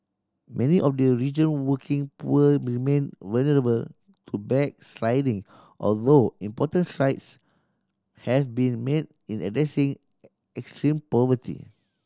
many of the region working poor remain vulnerable to backsliding although important strides have been made in addressing extreme poverty